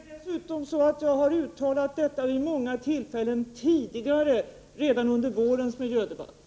Herr talman! Svaret är ja. Dessutom har jag uttalat detta vid många tillfällen tidigare, redan under vårens miljödebatt.